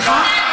סליחה?